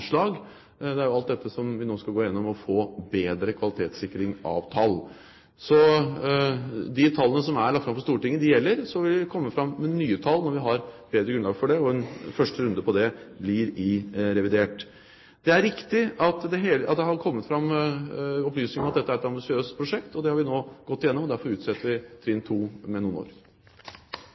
alt dette vi nå skal gå gjennom, og få en bedre kvalitetssikring av tallene. De tallene som er lagt fram for Stortinget, gjelder. Vi vil komme fram med nye tall når vi har bedre grunnlag for det, og første runde blir i revidert. Det er riktig at det har kommet fram opplysninger om at dette er et ambisiøst prosjekt. Det har vi gått gjennom, og derfor utsetter vi trinn 2 med noen år.